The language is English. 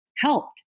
Helped